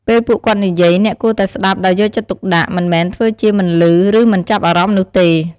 ពេលពួកគាត់និយាយ អ្នកគួរតែស្ដាប់ដោយយកចិត្តទុកដាក់ មិនមែនធ្វើជាមិនឮ ឬមិនចាប់អារម្មណ៍នោះទេ។